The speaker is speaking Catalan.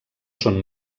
són